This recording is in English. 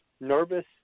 nervous